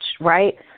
right